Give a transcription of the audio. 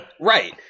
Right